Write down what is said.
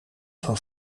van